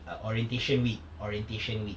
a orientation week orientation week